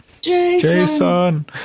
Jason